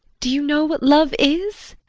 do you know what love is?